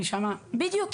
בדיוק,